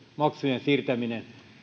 maksujen siirtäminen